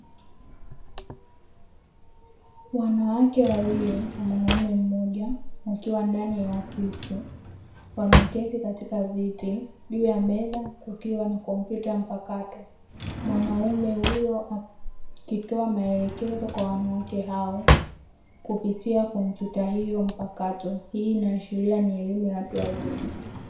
Wanawake wawili na mwanamume mmoja wakiwa ndani ya ofisi wameketi katika viti juu ya meza kukiwa na kompyuta mpakato, mwanaume huyo akitoa maelekezo kwa wanawake hao kupitia kompyuta hiyo mpakato, hii inaashiria ni elimu ya watu wazima.